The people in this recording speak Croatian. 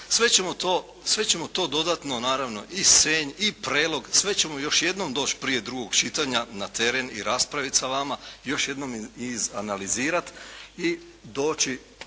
Sve ćemo to dodatno naravno i Senj, i Prelog, sve ćemo još jednom doći prije drugog čitanja na teren i raspraviti sa vama i još jednom izanalizirati i doći